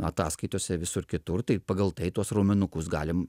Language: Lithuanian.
ataskaitose visur kitur tai pagal tai tuos raumenukus galim